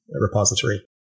repository